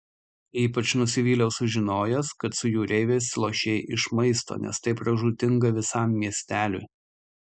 ypač nusivyliau sužinojęs kad su jūreiviais lošei iš maisto nes tai pražūtinga visam miesteliui